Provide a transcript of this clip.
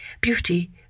beauty